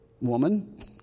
woman